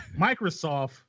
Microsoft